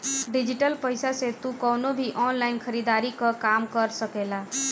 digital पईसा से तू कवनो भी ऑनलाइन खरीदारी कअ काम कर सकेला